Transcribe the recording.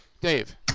Dave